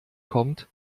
kommt